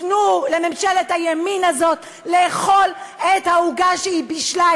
תנו לממשלת הימין הזאת לאכול את העוגה שהיא בישלה,